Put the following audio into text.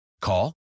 Call